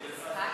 סטלין?